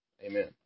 Amen